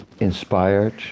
inspired